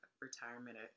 retirement